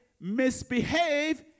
misbehave